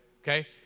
Okay